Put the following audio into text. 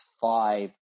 five